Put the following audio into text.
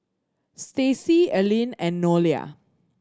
Stacy Alene and Nolia